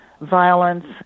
violence